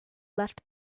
left